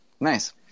Nice